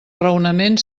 raonament